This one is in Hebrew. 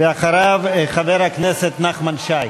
ואחריו, חבר הכנסת נחמן שי.